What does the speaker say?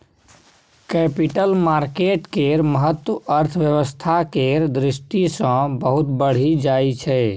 capital market केर महत्व अर्थव्यवस्था केर दृष्टि सँ बहुत बढ़ि जाइ छै